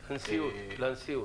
לנשיאות.